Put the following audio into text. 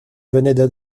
venaient